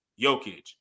Jokic